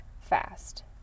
fast